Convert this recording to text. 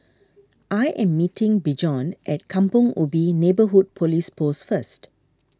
I am meeting Bjorn at Kampong Ubi Neighbourhood Police Post first